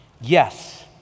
yes